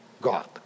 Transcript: God